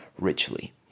richly